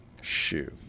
shoe